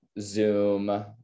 Zoom